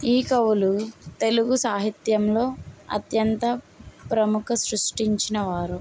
ఈ కవులు తెలుగు సాహిత్యంలో అత్యంత ప్రముఖ సృష్టించిన వారు